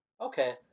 okay